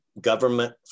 government